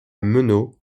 meneaux